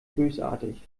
bösartig